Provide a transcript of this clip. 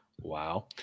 Wow